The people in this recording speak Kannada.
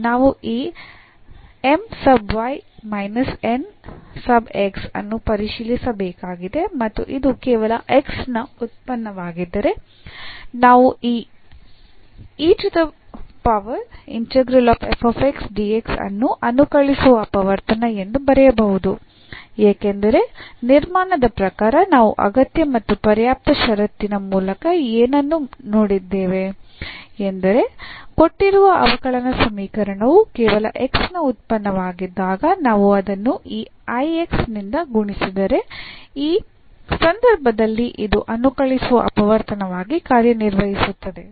ನಾವು ಈ ಅನ್ನು ಪರಿಶೀಲಿಸಬೇಕಾಗಿದೆ ಮತ್ತು ಇದು ಕೇವಲ x ನ ಉತ್ಪನ್ನವಾಗಿದ್ದರೆ ನಾವು ಅನ್ನು ಅನುಕಲಿಸುವ ಅಪವರ್ತನ ಎಂದು ಬರೆಯಬಹುದು ಏಕೆಂದರೆ ನಿರ್ಮಾಣದ ಪ್ರಕಾರ ನಾವು ಅಗತ್ಯ ಮತ್ತು ಪರ್ಯಾಪ್ತ ಷರತ್ತಿನ ಮೂಲಕ ಏನನ್ನು ನೋಡಿದ್ದೇವೆ ಎಂದರೆ ಕೊಟ್ಟಿರುವ ಅವಕಲನ ಸಮೀಕರಣವು ಕೇವಲ x ನ ಉತ್ಪನ್ನವಾಗಿದ್ದಾಗ ನಾವು ಅದನ್ನು ಈ I x ನಿಂದ ಗುಣಿಸಿದರೆ ಈ ಸಂದರ್ಭದಲ್ಲಿ ಇದು ಅನುಕಲಿಸುವ ಅಪವರ್ತನವಾಗಿ ಕಾರ್ಯನಿರ್ವಹಿಸುತ್ತದೆ